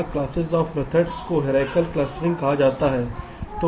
यहाँ classes of methods को hierarchical clustering कहा जाता है